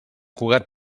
cugat